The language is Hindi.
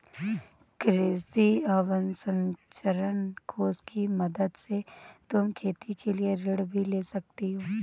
कृषि अवसरंचना कोष की मदद से तुम खेती के लिए ऋण भी ले सकती हो